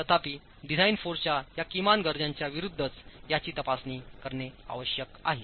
तथापि डिझाइन फोर्सच्या या किमान गरजेच्या विरूद्धच याची तपासणी करणे आवश्यक आहे